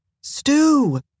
Stew